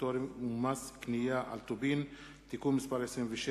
והפטורים ומס קנייה על טובין (תיקון מס' 26),